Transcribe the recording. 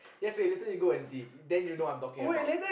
yes wait later you go and see then you know what I'm talking about